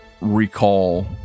recall